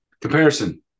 comparison